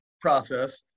process